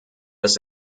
das